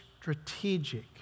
strategic